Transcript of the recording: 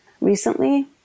recently